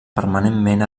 permanentment